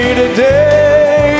today